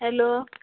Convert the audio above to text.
hello